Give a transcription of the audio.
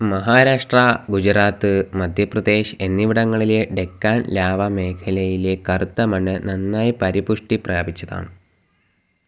മഹാരാഷ്ട്ര ഗുജറാത്ത് മധ്യപ്രദേശ് എന്നിവിടങ്ങളിലെ ഡെക്കാൻ ലാവ മേഖലയിലെ കറുത്ത മണ്ണ് നന്നായി പരിപുഷ്ടി പ്രാപിച്ചതാണ്